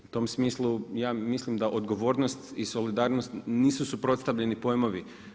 U tom smislu, ja mislim, da odgovornost i solidarnost nisu suprotstavljeni pojmovi.